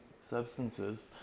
substances